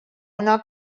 una